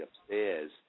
upstairs